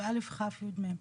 וואכים,